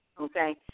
Okay